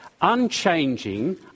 unchanging